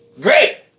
Great